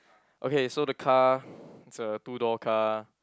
okay so the car it's a two door car